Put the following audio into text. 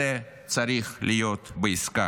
זה צריך להיות בעסקה.